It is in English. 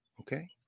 Okay